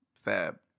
Fab